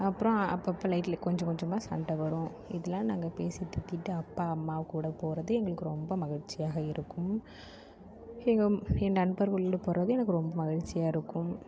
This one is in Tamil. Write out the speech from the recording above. அப்புறம் அப்போ அப்போ லைட கொஞ்சம் கொஞ்சமாக சண்டை வரும் இதெலாம் நாங்கள் பேசி தீர்த்திட்டு அப்பா அம்மா கூட போவது எங்களுக்கு ரொம்ப மகிழ்ச்சியாக இருக்கும் எங்கள் என் நண்பர்களுடன் போவதும் எனக்கு ரொம்ப மகிழ்ச்சியாக இருக்கும்